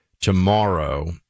tomorrow